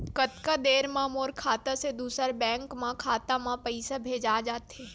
कतका देर मा मोर खाता से दूसरा बैंक के खाता मा पईसा भेजा जाथे?